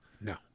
No